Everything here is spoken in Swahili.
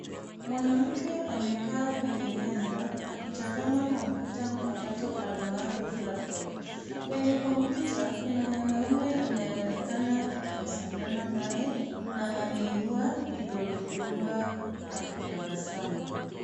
Mwanamke amekaa kwenye meza akitazama kompyuta mpakato almaarufu laptop .Kwenye kompyuta kuna mwanume anayeonekana akiwasiliana naye na ameinua vidole gumba akitabasamu.